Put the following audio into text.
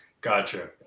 Gotcha